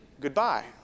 goodbye